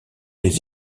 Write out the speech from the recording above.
les